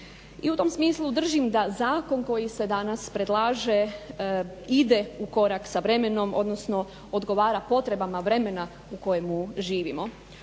i u tom smislu držim da zakon koji se danas predlaže ide u korak sa vremenom, odnosno odgovara potrebama vremena u kojemu živimo.